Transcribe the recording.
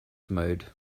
mode